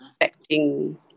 affecting